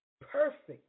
perfect